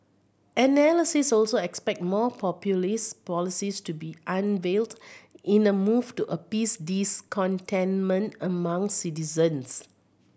analysts also expect more populist policies to be unveiled in a move to appease discontentment among citizens